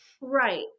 Right